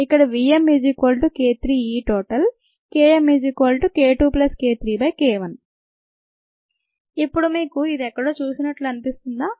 ఇక్కడ ఇప్పుడు మీకు ఇది ఎక్కడో చూసినట్లు అనిపిస్తుందా